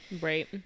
right